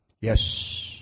Yes